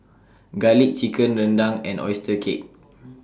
Garlic Chicken Rendang and Oyster Cake